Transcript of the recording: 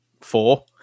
Four